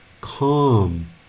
calm